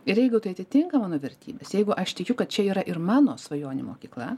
ir jeigu tai atitinka mano vertybes jeigu aš tikiu kad čia yra ir mano svajonių mokykla